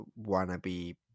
wannabe